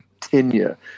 tenure